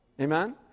Amen